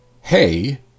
Hey